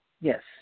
Yes